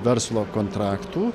verslo kontraktų